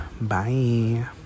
Bye